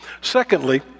Secondly